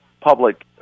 public